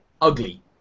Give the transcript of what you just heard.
ugly